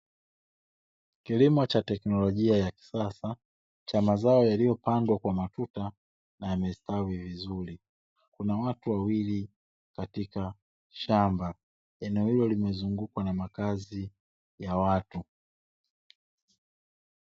Kilimo cha teknolojia ya kisasa cha mazao yaliyopandwa kwa matuta na yamestawi vizuri, kuna watu wawili katika shamba. Eneo hilo limezungukwa na makazi ya watu.